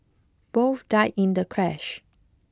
both died in the crash